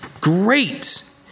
Great